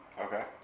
Okay